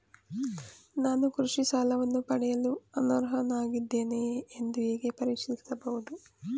ನಾನು ಕೃಷಿ ಸಾಲವನ್ನು ಪಡೆಯಲು ಅರ್ಹನಾಗಿದ್ದೇನೆಯೇ ಎಂದು ಹೇಗೆ ಪರಿಶೀಲಿಸಬಹುದು?